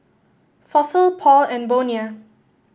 Fossil Paul and Bonia